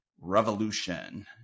revolution